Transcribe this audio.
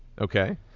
okay